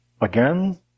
Again